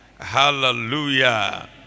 Hallelujah